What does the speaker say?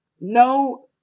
No